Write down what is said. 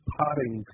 potting